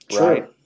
Right